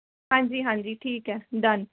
ਹਾਂਜੀ ਹਾਂਜੀ ਠੀਕ ਹੈ ਡਨ